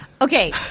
Okay